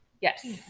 Yes